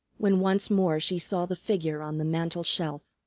when once more she saw the figure on the mantel-shelf.